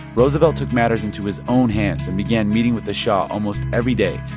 roosevelt took matters into his own hands and began meeting with the shah almost every day,